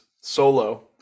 solo